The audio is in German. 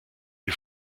die